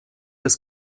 des